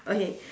okay